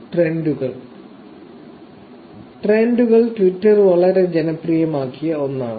ട്രെൻഡുകൾ ട്രെൻഡുകൾ ട്വിറ്റർ വളരെ ജനപ്രിയമാക്കിയ ഒന്നാണ്